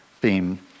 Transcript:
theme